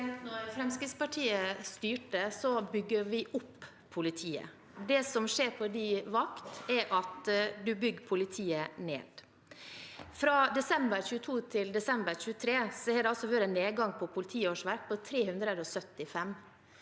Da Fremskrittspar- tiet styrte, bygde vi opp politiet. Det som skjer på statsministerens vakt, er at han bygger politiet ned. Fra desember 2022 til desember 2023 har det vært en nedgang i politiårsverk på 375,